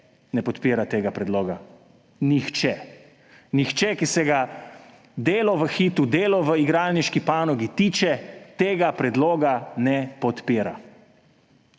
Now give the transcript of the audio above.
ne podpira tega predloga, nihče. Nihče, ki se ga delo v Hitu, delo v igralniški panogi tiče, tega predloga ne podpira.